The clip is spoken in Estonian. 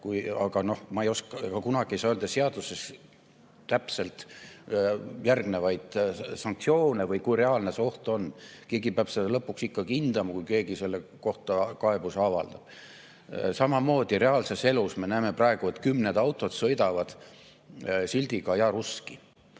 Aga ma ei oska … Kunagi ei saa öelda seaduses täpselt järgnevaid sanktsioone või kui reaalne see oht on. Keegi peab seda lõpuks ikkagi hindama, kui keegi selle kohta kaebuse avaldab. Samamoodi näeme praegu reaalses elus, et kümned autod sõidavad sildiga "Я